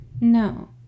No